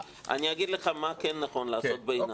אני אגיד לך מה כן נכון לעשות בעיניי.